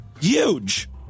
huge